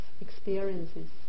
experiences